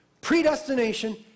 Predestination